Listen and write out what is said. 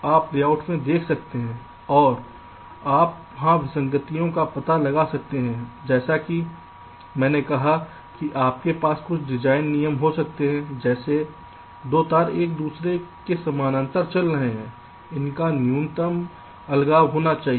आप लेआउट में देख सकते हैं और आप वहां विसंगतियों का पता लगा सकते हैं जैसा कि मैंने कहा कि आपके पास कुछ डिज़ाइन नियम हो सकते हैं जैसे 2 तार एक दूसरे के समानांतर चल रहे हैं इसका न्यूनतम अलगाव होना चाहिए